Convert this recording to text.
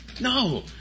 No